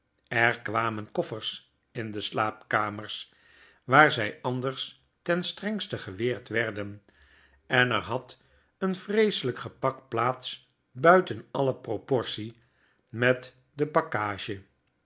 er kwamen koffers in de slaapkamers waar zg anders ten strengste geweerd werden en er had een vreeselyk gepak plaats buiten alle proportie met de package